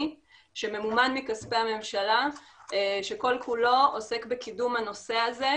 שממומן מכספי הממשלה שכל כולו עוסק בקידום הנושא הזה,